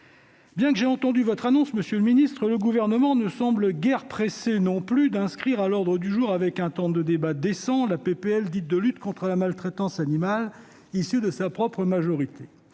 Bien que j'aie entendu votre annonce, monsieur le ministre, le Gouvernement ne me semble guère pressé d'inscrire à l'ordre du jour avec un temps de débat décent la proposition de loi dite « de lutte contre la maltraitance animale », issue de sa propre majorité.